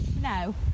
No